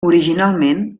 originalment